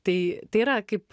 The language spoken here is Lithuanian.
tai tai yra kaip